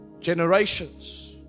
generations